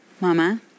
Mama